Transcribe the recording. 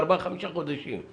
ארבעה וחמישה חודשים.